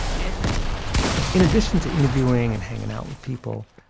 in in addition to interviewing and hanging out with people,